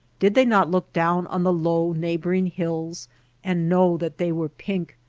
did they not look down on the low neighboring hills and know that they were pink,